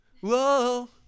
Whoa